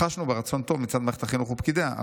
חשנו ברצון טוב מצד מערכת החינוך ופקידיה,